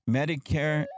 Medicare